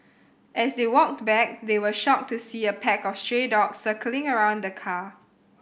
as they walked back they were shocked to see a pack of stray dog circling around the car